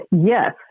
yes